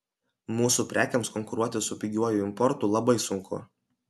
mūsų prekėms konkuruoti su pigiuoju importu labai sunku